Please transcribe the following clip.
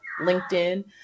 LinkedIn